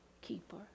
keeper